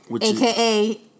aka